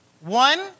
One